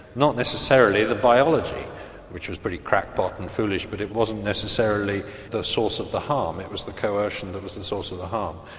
not necessarily the biology which was pretty crackpot and foolish but it wasn't necessarily the source of the harm, it was the coercion that was the source of the harm.